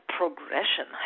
progression